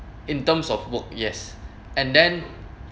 in terms of work yes and then